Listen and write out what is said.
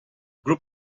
group